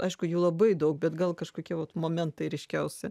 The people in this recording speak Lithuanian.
aišku jų labai daug bet gal kažkokie vat momentai ryškiausi